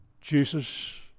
Jesus